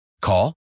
Call